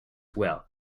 will